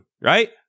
right